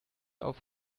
auf